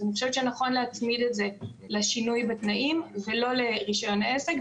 אז אני חושבת שנכון להצמיד את זה לשינוי בתנאים ולא לרישיון עסק.